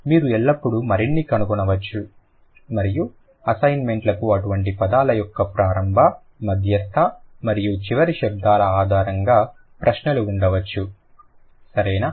మీరు ఎల్లప్పుడూ మరిన్ని కనుగొనవచ్చు మరియు అసైన్మెంట్ లకు అటువంటి పదాల యొక్క ప్రారంభ మధ్యస్థ మరియు చివరి శబ్దాల ఆధారంగా ప్రశ్నలు ఉండవచ్చు సరేనా